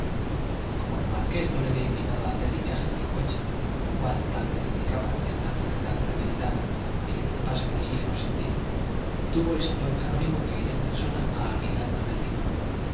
como el marqués no le había invitado a hacer el viaje en su coche lo cual tal vez indicaba cierta frialdad premeditada que de pas fingía no sentir tuvo el señor canónigo que ir en persona a alquilar una berlina